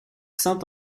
saint